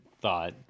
thought